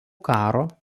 karo